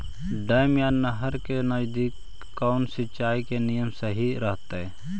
Dam या नहर के नजदीक कौन सिंचाई के नियम सही रहतैय?